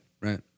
right